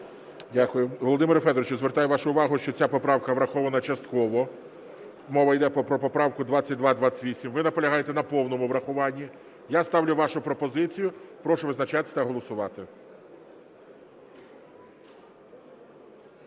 Дякую. Володимире Федоровичу, звертаю вашу увагу, що ця поправка врахована частково. Мова йде про поправку 2228. Ви наполягаєте на повному врахуванні. Я ставлю вашу пропозицію. Прошу визначатись та голосувати.